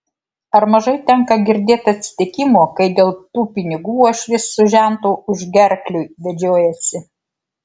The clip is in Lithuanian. ar mažai tenka girdėt atsitikimų kai dėl tų pinigų uošvis su žentu už gerklių vedžiojasi